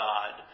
God